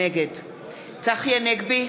נגד צחי הנגבי,